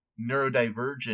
neurodivergent